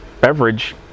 beverage